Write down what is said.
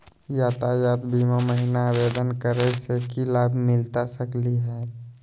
यातायात बीमा महिना आवेदन करै स की लाभ मिलता सकली हे?